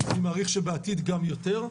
אני מעריך שבעתיד גם יותר.